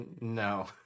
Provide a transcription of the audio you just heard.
No